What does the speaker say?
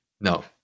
No